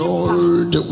Lord